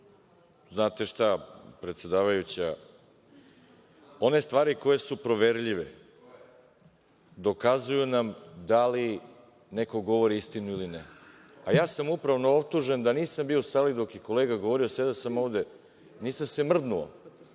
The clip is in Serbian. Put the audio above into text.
znate šta, predsedavajuća, one stvari koje su proverljive dokazuju nam da li neko govori istinu ili ne. A ja sam upravo optužen da nisam bio u sali dok je kolega govori, a sedeo sam ovde, nisam se mrdnuo.